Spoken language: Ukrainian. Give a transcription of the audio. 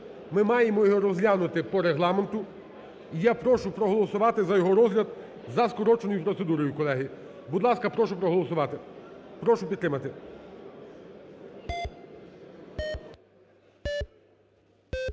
Ми маємо його розглянути по Регламенту. Я прошу проголосувати за його розгляд за скороченою процедурою, колеги. Будь ласка, прошу проголосувати, прошу підтримати.